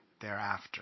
thereafter